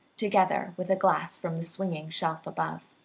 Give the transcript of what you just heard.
together with a glass from the swinging shelf above.